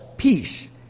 Peace